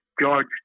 George